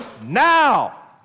Now